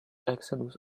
exodus